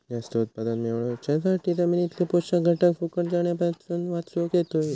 जास्त उत्पादन मेळवच्यासाठी जमिनीतले पोषक घटक फुकट जाण्यापासून वाचवक होये